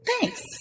Thanks